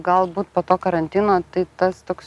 galbūt po to karantino tai tas toks